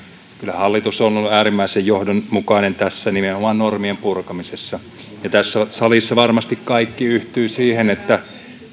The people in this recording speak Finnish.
hallitus on ollut äärimmäisen johdonmukainen nimenomaan tässä normienpurkamisessa tässä salissa varmasti kaikki yhtyvät siihen että